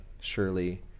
surely